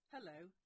Hello